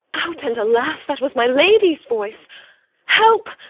out, and alas! that was my lady's voice help!